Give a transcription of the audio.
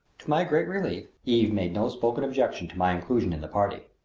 to my great relief eve made no spoken objection to my inclusion in the party.